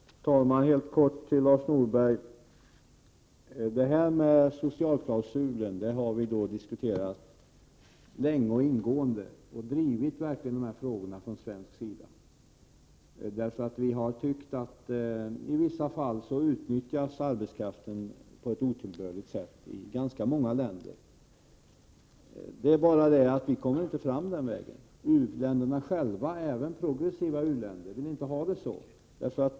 Herr talman! Helt kort till Lars Norberg: Socialklausulen har vi diskuterat länge och ingående och verkligen drivit från svensk sida. Vi har tyckt att i vissa fall utnyttjas arbetskraften på ett otillbörligt sätt i ganska många länder. Men vi kom inte fram den vägen. Även progressiva u-länder säger nej.